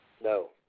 No